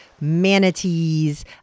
manatees